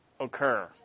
occur